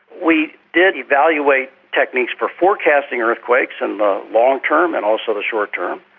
we did evaluate techniques for forecasting earthquakes in the long term and also the short term,